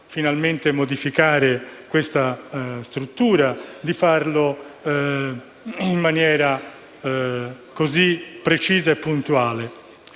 finalmente modificare questa struttura e di farlo in maniera così precisa e puntuale.